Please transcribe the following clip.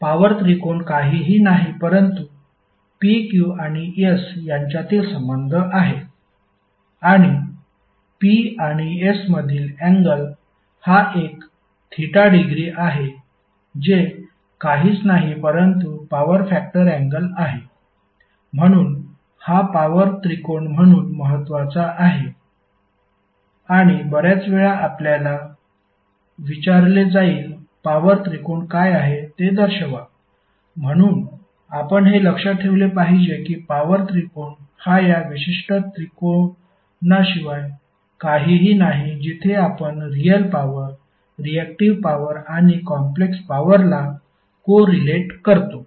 power त्रिकोण काहीही नाही परंतु P Q आणि S यांच्यातील संबंध आहे आणि P आणि S मधील अँगल हा एक θ डिग्री आहे जे काहीच नाही परंतु पॉवर फॅक्टर अँगल आहे म्हणून हा पॉवर त्रिकोण म्हणून महत्वाचा आहे आणि बर्याच वेळा आपल्याला विचारले जाईल पॉवर त्रिकोण काय आहे ते दर्शवा म्हणून आपण हे लक्षात ठेवले पाहिजे की पॉवर त्रिकोण हा या विशिष्ट त्रिकोणाशिवाय काहीही नाही जिथे आपण रियल पॉवर रियाक्टिव्ह पॉवर आणि कॉम्प्लेक्स पॉवरला को रिलेट करतो